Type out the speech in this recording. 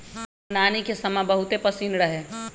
हमर नानी के समा बहुते पसिन्न रहै